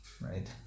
right